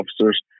officers